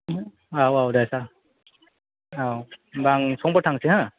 औ औ दे सार औ होनबा आं समफोर थांनोसै हो